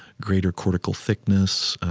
greater cortical thickness,